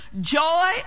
joy